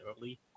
early